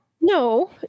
No